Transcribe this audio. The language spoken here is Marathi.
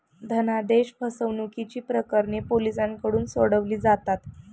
धनादेश फसवणुकीची प्रकरणे पोलिसांकडून सोडवली जातात